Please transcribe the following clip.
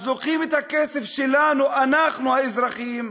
אז לוקחים את הכסף שלנו, אנחנו האזרחים,